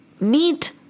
meet